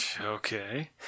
Okay